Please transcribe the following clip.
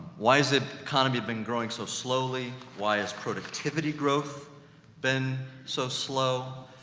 why has the economy been growing so slowly, why has productivity growth been so slow,